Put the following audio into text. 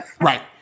Right